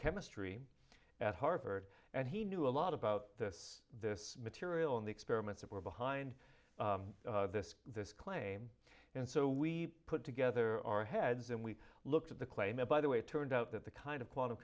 chemistry at harvard and he knew a lot about this this material in the experiments that were behind this this claim and so we put together our heads and we looked at the claim and by the way it turned out that the kind of quantum